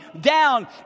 down